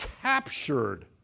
captured